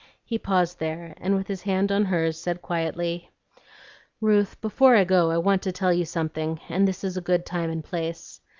he paused there, and with his hand on hers said quietly ruth, before i go i want to tell you something, and this is a good time and place.